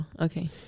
Okay